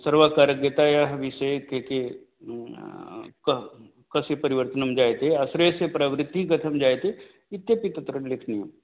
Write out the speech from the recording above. सर्व कार्यगतायाः विषये के के क कस्य परिवर्तनं जायते आश्रयस्य प्रवृत्तिः कथं जायते इत्यपि तत्र लेखनीयम्